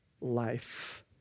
life